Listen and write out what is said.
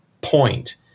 point